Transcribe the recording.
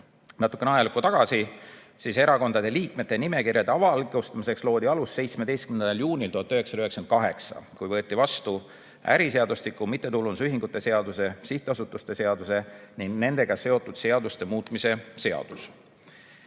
natukene ajalukku tagasi, siis erakondade liikmete nimekirjade avalikustamiseks loodi alus 17. juunil 1998, kui võeti vastu äriseadustiku, mittetulundusühingute seaduse, sihtasutuste seaduse ning nendega seotud seaduste muutmise seadus.